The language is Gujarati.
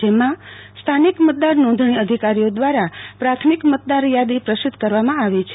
તેમાં સ્થાનિક મતદાર નોંધણી અધિકારીઓ દ્રારા પ્રાથમિક મતદારથાદી પ્રસિધ્ધ કરવામાં આવી છે